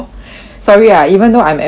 sorry ah even though I'm ambitious right